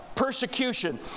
Persecution